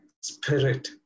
spirit